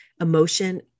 emotion